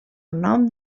nom